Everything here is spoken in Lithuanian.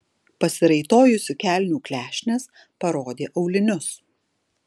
pasiraitojusi kelnių klešnes parodė aulinius